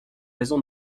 raison